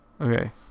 Okay